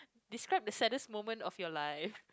describe the saddest moment of your life